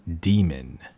Demon